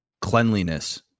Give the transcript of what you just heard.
cleanliness